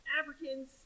Africans